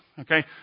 okay